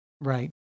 right